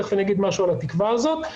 ותיכף אגיד משהו על התקווה הזאת,